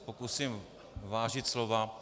Pokusím se vážit slova.